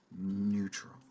neutral